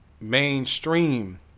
mainstream